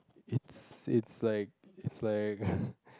it's it's like it's like